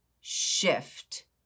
shift